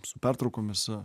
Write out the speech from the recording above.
su pertraukomis